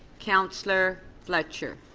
councillor fletcher?